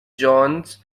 jones